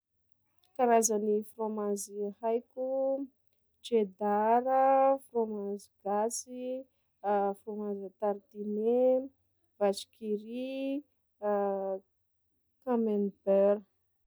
Karazany frômanzy haiko: tchedara, frômazy gasy, frômazy a tartinet, vache qui rit, camembere.